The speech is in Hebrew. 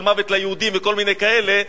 של "מוות ליהודים" וכל מיני כאלה,